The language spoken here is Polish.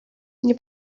nie